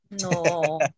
No